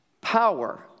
power